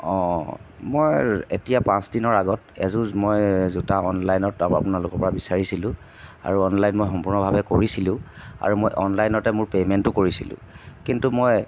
অঁ মই এতিয়া পাঁচ দিনৰ আগত এযোৰ মই জোতা অনলাইনত আপোনালোকৰপৰা বিচাৰিছিলোঁ আৰু অনলাইন মই সম্পূৰ্ণভাৱে কৰিছিলোঁ আৰু মই অনলাইনতে মোৰ পে'মেণ্টো কৰিছিলোঁ কিন্তু মই